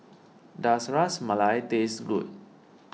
does Ras Malai taste good